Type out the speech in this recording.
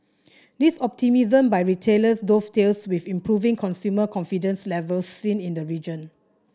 this optimism by retailers dovetails with improving consumer confidence levels seen in the region